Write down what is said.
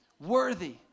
Worthy